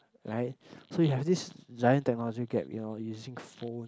right so we have this giant technology gap you know using phone